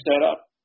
setup